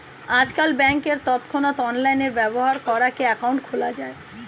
আজকাল ব্যাংকে তৎক্ষণাৎ অনলাইনে ব্যবহার করার অ্যাকাউন্ট খোলা যায়